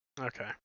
Okay